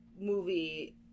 movie